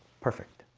perfect.